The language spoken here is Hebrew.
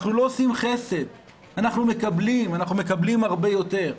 אנחנו לא עושים חסד, אנחנו מקבלים הרבה יותר,